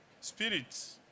spirit